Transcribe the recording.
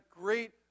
great